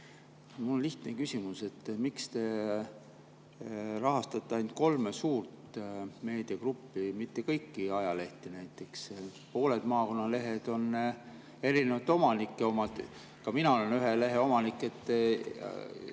Mul on lihtne küsimus. Miks te rahastate ainult kolme suurt meediagruppi, mitte kõiki ajalehti? Näiteks pooled maakonnalehed on erinevate omanike omad. Ka mina olen ühe lehe omanik, aga